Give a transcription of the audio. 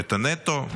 את הנטו,